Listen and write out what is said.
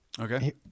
Okay